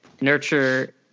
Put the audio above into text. nurture